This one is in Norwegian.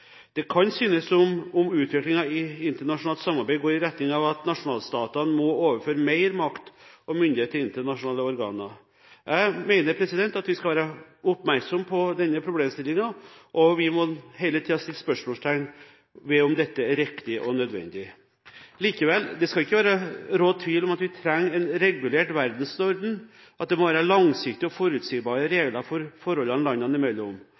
Det kan synes som om utviklingen i internasjonalt samarbeid går i retning av at nasjonalstatene må overføre mer makt og myndighet til internasjonale organer. Jeg mener vi skal være oppmerksom på denne problemstillingen, og vi må hele tiden sette spørsmålstegn ved om dette er riktig og nødvendig. Likevel: Det skal ikke råde tvil om at vi trenger en regulert verdensorden, og at det må være langsiktige og forutsigbare regler for forholdene landene imellom.